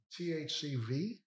THCV